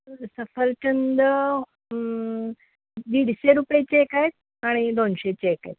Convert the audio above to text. सफरचंद दीडशे रुपयेचे एक आहेत आणि दोनशेचे एक आहेत